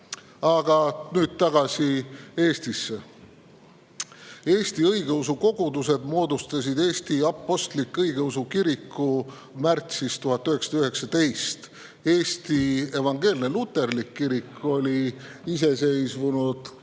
Aga nüüd tagasi Eestisse. Eestis moodustasid õigeusu kogudused Eesti Apostlik-Õigeusu Kiriku märtsis 1919. Eesti Evangeelne Luterlik Kirik oli iseseisvunud